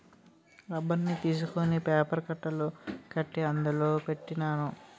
రబ్బర్ని తీసుకొని పేపర్ కట్టలు కట్టి అందులో పెట్టినాను